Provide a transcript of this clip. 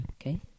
Okay